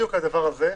בדיוק על הדבר הזה,